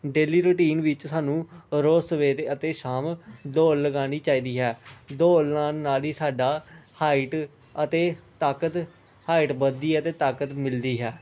daily routine ਵਿੱਚ ਸਾਨੂੰ ਰੋਜ਼ ਸਵੇਰ ਅਤੇ ਸ਼ਾਮ ਦੌੜ ਲਗਾਉਣੀ ਚਾਹੀਦੀ ਹੈ ਦੌੜ ਲਗਾਉਣ ਨਾਲ ਹੀ ਸਾਡਾ ਹਾਈਟ ਅਤੇ ਤਾਕਤ ਹਾਈਟ ਵੱਧਦੀ ਹੈ ਅਤੇ ਤਾਕਤ ਮਿਲਦੀ ਹੈ